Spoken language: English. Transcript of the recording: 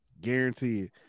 Guaranteed